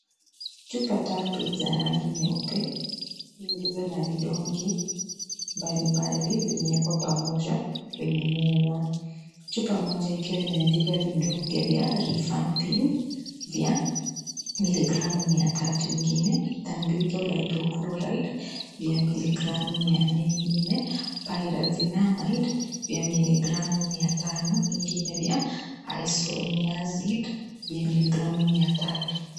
Chupa tatu za rangi nyeupe zilizo na vidonge mbalimbali zimewekwa pamoja kwenye meza. Chupa moja ikiwa imeandikwa vidonge vya revamping vya miligramu mia tatu ingine Ethambutol hydrochloride vya miligramu mia nne, ingine Pyrazinamide vya miligramu mia tano ingine vya Isoniazid vya miligramu mia tatu.